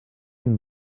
and